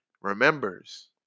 remembers